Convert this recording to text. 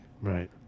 Right